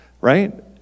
Right